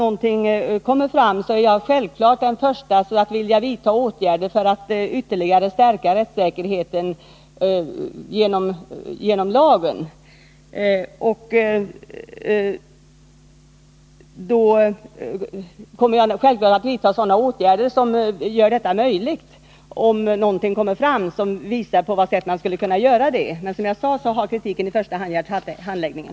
Men om det kommer fram någonting är jag självfallet den första att vilja vidta åtgärder för att ytterligare stärka rättssäkerheten genom lagen. Men kritiken har, som jag sade, i första hand gällt handläggningen.